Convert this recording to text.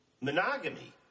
monogamy